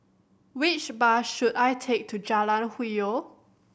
which bus should I take to Jalan Hwi Yoh